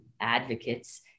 advocates